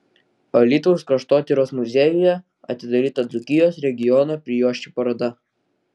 alytaus kraštotyros muziejuje atidaryta dzūkijos regiono prijuosčių paroda